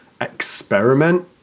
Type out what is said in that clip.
experiment